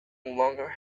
longer